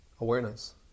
awareness